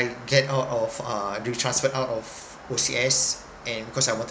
get out of uh do transferred out of O_C_S and cause I wanted